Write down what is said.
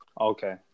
Okay